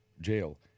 jail